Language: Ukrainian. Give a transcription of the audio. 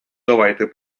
давайте